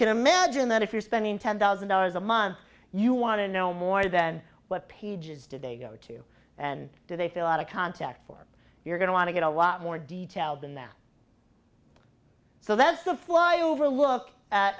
can imagine that if you're spending ten thousand dollars a month you want to know more then what pages do they go to and do they fill out a contact for you're going to want to get a lot more detail than that so that's the fly over look at